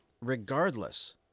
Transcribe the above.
Regardless